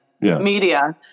media